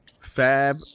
Fab